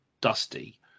dusty